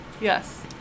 Yes